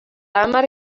hamar